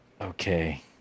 Okay